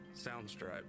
Soundstripe